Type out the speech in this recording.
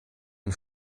den